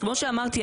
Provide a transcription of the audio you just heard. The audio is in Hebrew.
כמו שאמרתי,